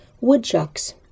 woodchucks